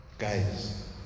guys